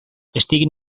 estiguin